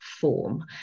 form